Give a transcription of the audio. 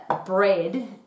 bread